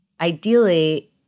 Ideally